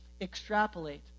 extrapolate